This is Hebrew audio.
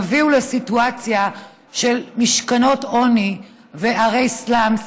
תביא לסיטואציה של משכנות עוני וערי סלאמס,